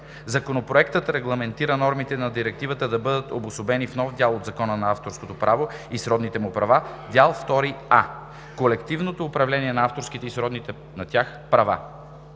Законопроектът регламентира нормите на Директивата да бъдат обособени в нов дял от Закона за авторското право и сродните му права – Дял втори „а“ „Колективно управление на авторски и сродни на тях права“.